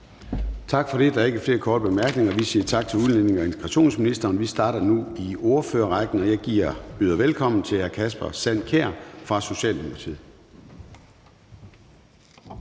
Tak for det. Der er ikke flere korte bemærkninger. Vi siger tak til udlændinge- og integrationsministeren. Vi starter nu ordførerrækken, og jeg byder velkommen til hr. Kasper Sand Kjær fra Socialdemokratiet.